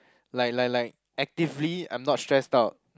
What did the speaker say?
like like like actively I'm not stressed out